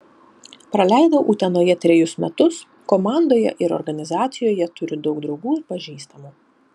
praleidau utenoje trejus metus komandoje ir organizacijoje turiu daug draugų ir pažįstamų